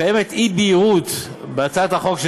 קיימת אי-בהירות בהצעת החוק,